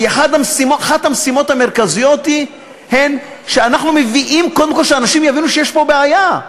כי אחת המשימות המרכזיות היא קודם כול שאנשים יבינו שיש פה בעיה.